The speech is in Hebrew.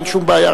אין שום בעיה,